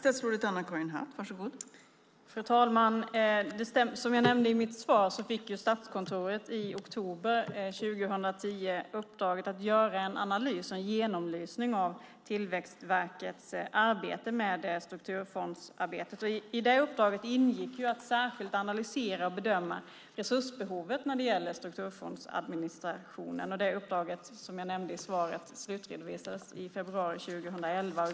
Fru talman! Som jag nämnde i mitt svar fick Statskontoret i oktober 2010 i uppdrag att göra en analys och en genomlysning av Tillväxtverkets arbete med strukturfondsarbetet. I det uppdraget ingick att särskilt analysera och bedöma resursbehovet när det gäller strukturfondsadministrationen. Som jag nämnde i svaret slutredovisades det uppdraget i februari 2011.